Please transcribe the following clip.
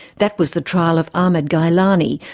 that was the trial of ahmed ghailani,